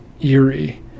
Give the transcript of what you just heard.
eerie